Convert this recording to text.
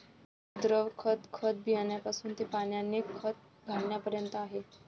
द्रव खत, खत बियाण्यापासून ते पाण्याने खत घालण्यापर्यंत आहे